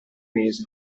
mese